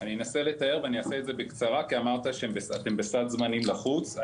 אני אנסה לתאר ואעשה את זה בקצרה כי אמרת שאתם בסד זמנים לחוץ.